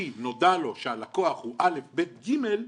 כי נודע לו שהלקוח הוא א', ב', ג',